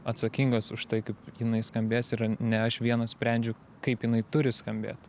atsakingas už tai kaip jinai skambės ir ne aš vienas sprendžiu kaip jinai turi skambėt